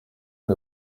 est